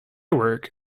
work